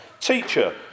Teacher